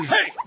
Hey